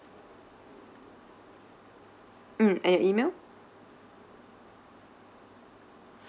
(m) and your email